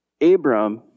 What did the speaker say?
Abram